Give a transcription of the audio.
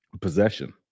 possession